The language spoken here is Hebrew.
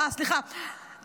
סליחה,